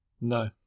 No